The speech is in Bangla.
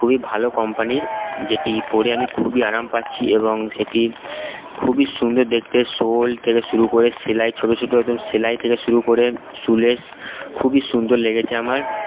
খুবই ভালো কম্পানির যেটি পরে আমি খুবই আরাম পাচ্ছি এবং সেটি খুবই সুন্দর দেখতে সোল থেকে শুরু করে সেলাই ছোটো ছোটো একদম সেলাই থেকে শুরু করে শুলেস খুবই সুন্দর লেগেছে আমার